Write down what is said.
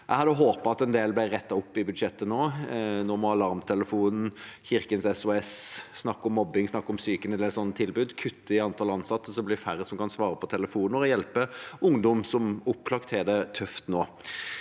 Jeg hadde håpet at en del ble rettet opp i budsjettet nå. Nå må Alarmtelefonen, Kirkens SOS, SnakkOmMobbing, SnakkOmPsyken, en del sånne tilbud, kutte i antall ansatte, så det blir færre som kan svare på telefoner og hjelpe ungdom som opplagt har det tøft nå.